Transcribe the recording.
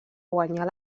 guanyar